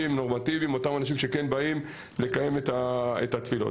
נורמטיביים שהגיעו לקיים את התפילות.